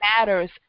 matters